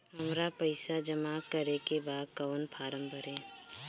हमरा पइसा जमा करेके बा कवन फारम भरी?